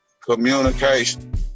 communication